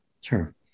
Sure